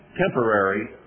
temporary